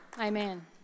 Amen